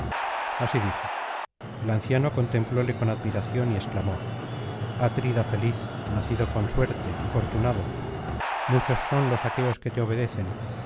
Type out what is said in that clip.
así dijo el anciano contemplóle con admiración y exclamó atrida feliz nacido con suerte afortunado muchos son los aqueos que te obedecen